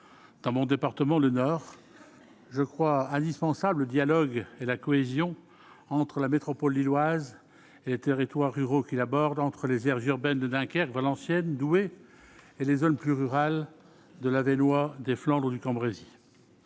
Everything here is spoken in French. dans mon département : le Nord je crois indispensable dialogue et la cohésion entre la métropole lilloise et territoires ruraux qui la Borde entre les aires urbaines de Dunkerque, Valenciennes, Douai et les zones plus rurales de l'Avesnois des Flandres du Cambrésis